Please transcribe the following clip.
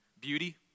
Beauty